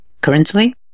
currently